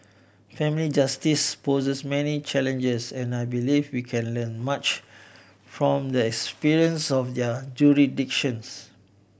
family justice poses many challenges and I believe we can learn much from the experience of they are jurisdictions